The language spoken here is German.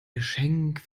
geschenk